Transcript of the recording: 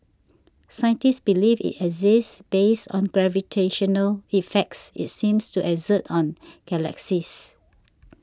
scientists believe it exists based on gravitational effects it seems to exert on galaxies